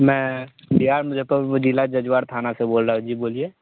मैं बिहार मुज़फ़्फ़रपुर ज़िला जजूआर थाना से बोल रहा हूॅं जी बोलिए